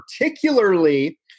particularly